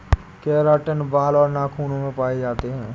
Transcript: keratin बाल और नाखून में पाए जाते हैं